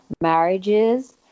marriages